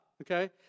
Okay